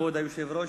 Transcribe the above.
כבוד היושב-ראש,